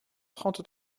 trente